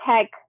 tech